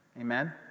Amen